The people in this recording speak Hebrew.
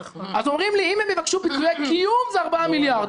אז אומרים לי: אם הם יבקשו פיצויי קיום זה ארבעה מיליארד.